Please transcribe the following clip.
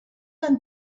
van